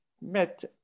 met